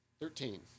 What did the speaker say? Thirteen